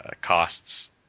costs